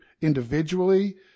Individually